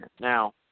now